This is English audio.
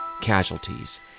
casualties